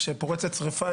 כשפורצת שריפה,